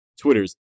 Twitters